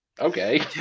okay